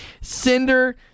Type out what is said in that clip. Cinder